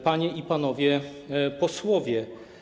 Panie i Panowie Posłowie!